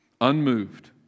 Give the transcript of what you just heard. unmoved